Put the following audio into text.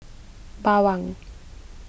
Bawang